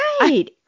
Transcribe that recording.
Right